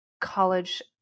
college